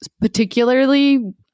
particularly